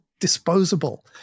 disposable